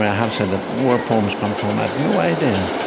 have said that where poems come from, i have no idea.